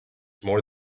more